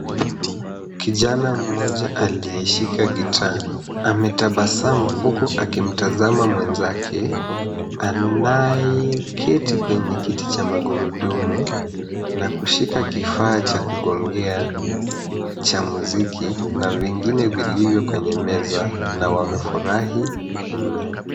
Kijana mmoja aliyeshika gitaa ametabasamu huku akimtazama mwenzake anayeketi kwenye kiti cha magurudumu na kushika kifaa cha kugongea cha mziki na vingine vilivyo kwenye meza na wamefurahi mno.